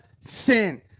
sin